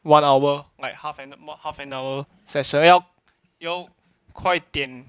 one hour like half and more half an hour session yo~ 要快点